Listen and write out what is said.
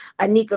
Anika